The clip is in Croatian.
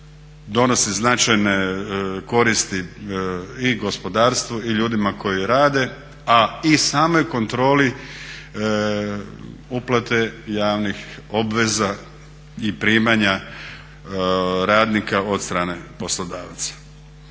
donosi značajne koristi i gospodarstvu i ljudima koji rade a i samoj kontroli uplate javnih obveza i primanja radnika od strane poslodavaca.